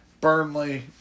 Burnley